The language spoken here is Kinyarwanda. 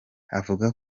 avuga